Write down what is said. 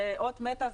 זה אות מתה,